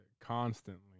constantly